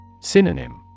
Synonym